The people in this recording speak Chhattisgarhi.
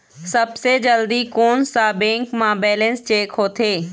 सबसे जल्दी कोन सा बैंक म बैलेंस चेक होथे?